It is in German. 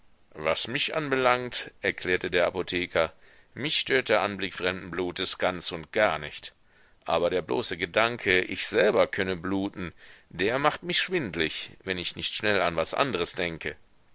was mich anbelangt erklärte der apotheker mich stört der anblick fremden blutes ganz und gar nicht aber der bloße gedanke ich selber könne bluten der macht mich schwindlig wenn ich nicht schnell an was andres denke